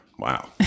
Wow